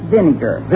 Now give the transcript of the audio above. Vinegar